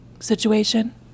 Situation